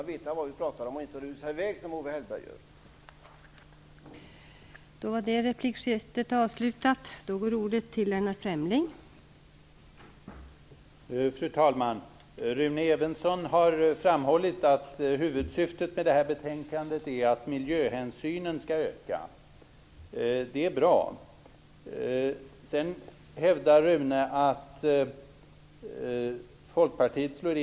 Vi måste veta vad vi pratar om och kan inte bara rusa i väg som Owe Hellberg vill göra.